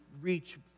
reach